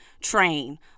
train